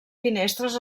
finestres